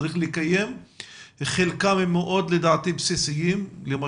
לדעתי חלקם מאוד בסיסיים לבטיחות הילדים,